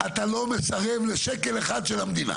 אתה לא מסרב לשקל אחד של המדינה.